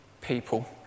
people